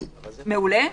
מעולה,